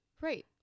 Right